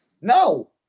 No